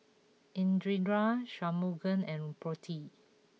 Indira Shunmugam and Potti